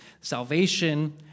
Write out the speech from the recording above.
salvation